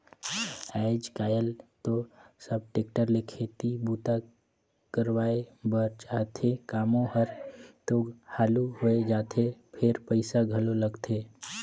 आयज कायल तो सब टेक्टर ले खेती के बूता करवाए बर चाहथे, कामो हर तो हालु होय जाथे फेर पइसा घलो लगथे